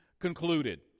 concluded